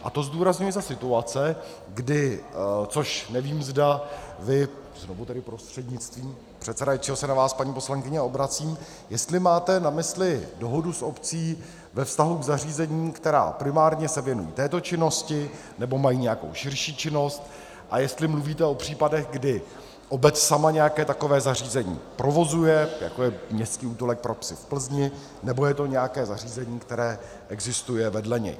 A to zdůrazňuji za situace, kdy což nevím, zda vy, znovu tedy prostřednictvím předsedajícího se na vás, paní poslankyně obracím, jestli máte na mysli dohodu s obcí ve vztahu k zařízením, která primárně se věnují této činnosti, nebo mají nějakou širší činnost, a jestli mluvíte o případech, kdy obec sama nějaké takové zařízení provozuje, jako je městský útulek pro psy v Plzni, nebo je to nějaké zařízení, které existuje vedle něj.